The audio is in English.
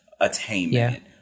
attainment